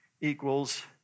equals